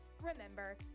Remember